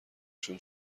شون